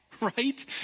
Right